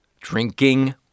drinking